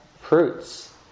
fruits